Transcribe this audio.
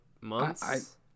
months